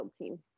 team